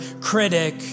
critic